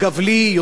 יותר ויותר,